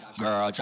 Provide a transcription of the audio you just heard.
girl